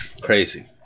Crazy